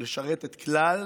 לשרת את כלל